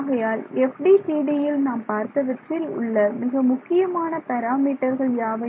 ஆகையால் FDTDயில் நாம் பார்த்தவற்றில் உள்ள மிக முக்கியமான பேராமீட்டர்கள் யாவை